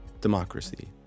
democracy